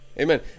Amen